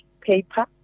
paper